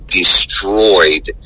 destroyed